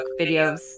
videos